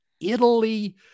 Italy